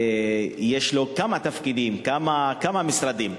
יש כמה תפקידים, כמה משרדים.